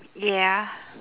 ya